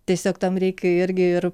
tiesiog tam reikia irgi ir